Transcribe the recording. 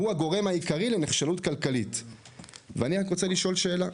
הוא הגורם העיקרי לנכשלות כלכלית.״ אני רוצה לשאול שאלה,